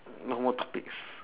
no more topics